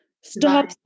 stop